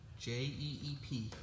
J-E-E-P